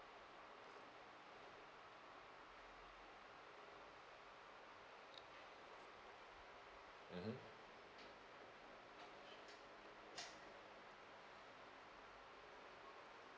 mmhmm